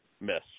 miss